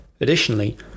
Additionally